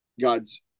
God's